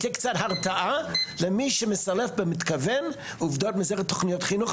שתהיה קצת הרתעה למי שמסלף במתכוון עובדות במסגרת תוכניות חינוך.